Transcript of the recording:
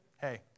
hey